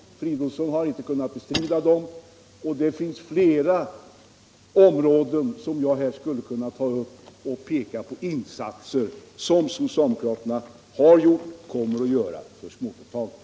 Herr Fridolfsson har inte kunnat bestrida dem. Jag skulle kunna peka på flera områden, där socialdemokraterna har gjort och kommer att göra insatser för småföretagen.